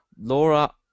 Laura